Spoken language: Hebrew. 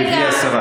רגע,